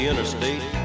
Interstate